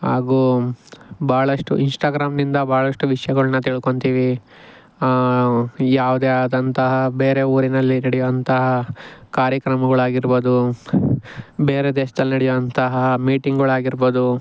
ಹಾಗೂ ಭಾಳಷ್ಟು ಇನ್ಷ್ಟಾಗ್ರಾಮ್ನಿಂದ ಭಾಳಷ್ಟು ವಿಷಯಗಳ್ನ ತಿಳ್ಕೊತಿವಿ ಯಾವುದೆ ಆದಂತಹ ಬೇರೆ ಊರಿನಲ್ಲಿ ನಡೆಯುವಂತಹ ಕಾರ್ಯಕ್ರಮಗಳ್ ಆಗಿರ್ಬೊದು ಬೇರೆ ದೇಶ್ದಲ್ಲಿ ನಡೆಯುವಂತಹ ಮೀಟಿಂಗಳ್ ಆಗಿರ್ಬೊದು